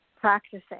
practicing